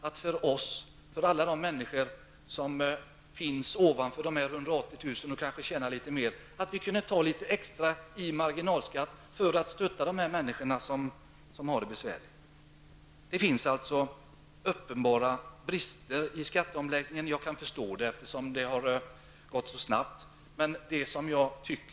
eller mer för att de människor som har det besvärligt skall kunna stöttas, oavsett om det finns någon uppgörelse med folkpartiet i skattefrågan. Vi vet ju att allt måste finansieras. Jag kan förstå att det finns uppenbara brister i skatteomläggningen, eftersom allting har gått så snabbt.